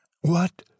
What